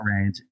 range